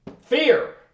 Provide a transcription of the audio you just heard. fear